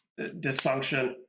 dysfunction